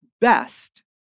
best